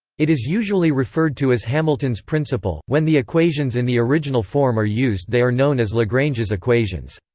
it is usually referred to as hamilton's principle when the equations in the original form are used they are known as lagrange's equations.